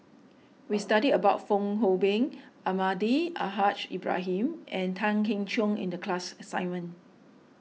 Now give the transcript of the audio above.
we studied about Fong Hoe Beng Almahdi Al Haj Ibrahim and Tan Keong Choon in the class assignment